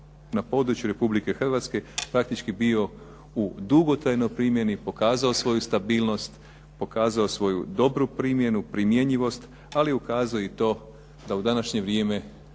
na području Republike Hrvatske praktički bio u dugotrajnoj primjeni, pokazao svoju stabilnost, pokazao svoju dobru primjenu, primjenjivost. Ali ukazao i to da ga i u današnje vrijeme